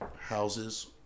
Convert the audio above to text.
houses